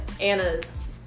Anna's